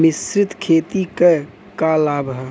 मिश्रित खेती क का लाभ ह?